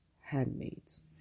handmaids